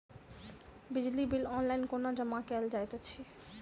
बिजली bill online कोना जमा कएल जाइत अछि?